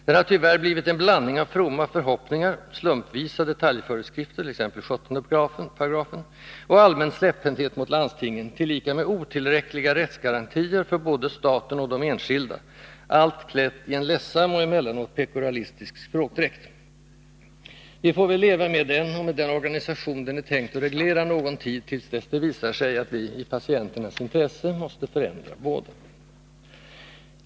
Den har tyvärr blivit en blandning av fromma förhoppningar, slumpvisa detaljföreskrifter — t.ex. 17§ — och allmän släpphänthet mot landstingen, tillika med otillräckliga rättsgarantier för både staten och de enskilda, allt klätt i en ledsam och emellanåt pekoralistisk språkdräkt. Vi får väl leva med den och med den organisation den är tänkt att reglera någon tid, till dess det visar sig att vi — i patienternas intresse — måste förändra båda.